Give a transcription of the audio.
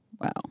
Wow